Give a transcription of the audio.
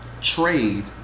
trade –